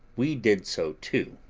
we did so too.